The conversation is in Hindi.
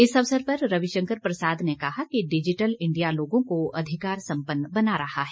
इस अवसर पर रविशंकर प्रसाद ने कहा कि डिजिटल इंडिया लोगों को अधिकार संपन्न बना रहा है